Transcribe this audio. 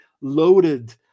loaded